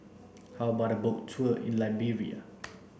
how about a boat tour in Liberia